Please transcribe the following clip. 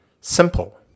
Simple